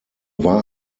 war